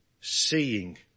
seeing